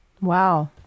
Wow